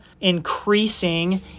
increasing